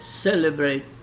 celebrate